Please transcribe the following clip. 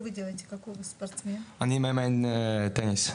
אני מאמן טניס.